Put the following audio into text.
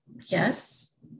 yes